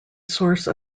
source